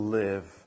live